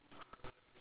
two birds